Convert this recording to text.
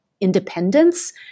independence